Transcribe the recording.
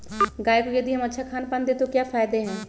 गाय को यदि हम अच्छा खानपान दें तो क्या फायदे हैं?